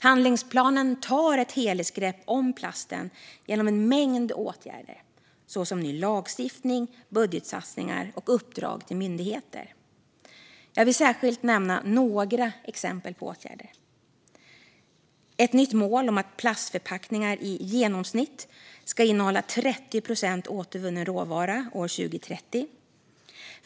Handlingsplanen tar ett helhetsgrepp om plasten genom en mängd åtgärder såsom ny lagstiftning, budgetsatsningar och uppdrag till myndigheter. Jag vill särskilt nämna några exempel på åtgärder. Det finns ett nytt mål om att plastförpackningar i genomsnitt ska innehålla 30 procent återvunnen råvara år 2030.